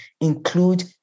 include